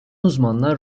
uzmanlar